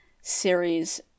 series